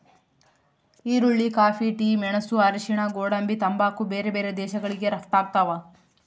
ಈರುಳ್ಳಿ coffee tea ಮೆಣಸು ಅರಿಶಿಣ ಗೋಡಂಬಿ ತಂಬಾಕು ಬೇರೆ ಬೇರೆ ದೇಶಗಳಿಗೆ ರಪ್ತಾಗ್ತಾವ